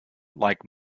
like